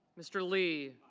mr. lee.